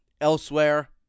elsewhere